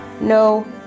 No